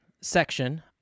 section